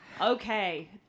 Okay